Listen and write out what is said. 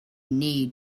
need